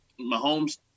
Mahomes